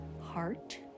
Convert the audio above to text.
heart